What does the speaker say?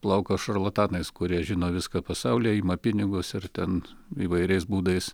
plauko šarlatanais kurie žino viską pasaulyje ima pinigus ir ten įvairiais būdais